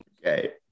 Okay